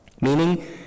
Meaning